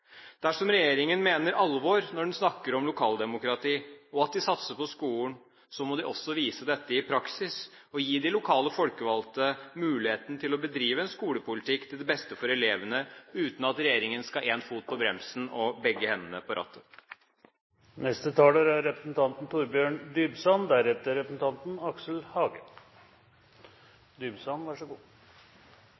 Dersom regjeringen mener alvor når den snakker om lokaldemokrati, og at de satser på skolen, må de også vise dette i praksis og gi de lokale folkevalgte muligheten til å bedrive en skolepolitikk til det beste for elevene uten at regjeringen skal ha en fot på bremsen og begge hendene på rattet. Dagens trontaledebatt har vist en rørende enighet fra høyresiden om hvor viktig det er